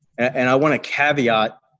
and want to caveat